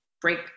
break